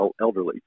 elderly